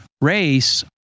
race